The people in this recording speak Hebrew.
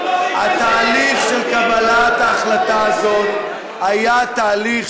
התהליך של קבלת ההחלטה הזאת היה תהליך